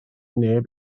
neb